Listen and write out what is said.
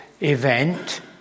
event